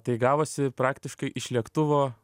tai gavosi praktiškai iš lėktuvo